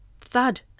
THUD